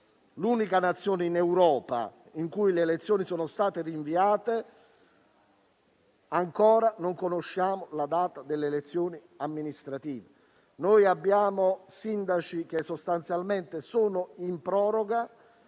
nell'unica Nazione in Europa in cui le elezioni sono state rinviate, non si conosca ancora la data delle elezioni amministrative? Abbiamo sindaci sostanzialmente in proroga